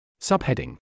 Subheading